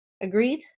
Agreed